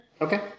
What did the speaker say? Okay